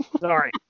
Sorry